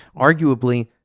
Arguably